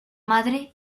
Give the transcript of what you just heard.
madre